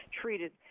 treated